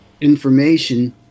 information